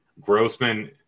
Grossman